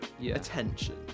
attention